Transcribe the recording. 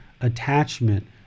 attachment